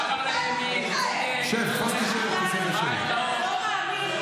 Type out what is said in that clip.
אתה לא מאמין.